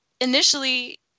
initially